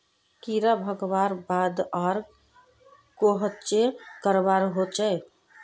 कीड़ा भगवार बाद आर कोहचे करवा होचए?